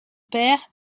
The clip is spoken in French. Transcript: père